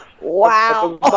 Wow